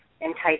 entice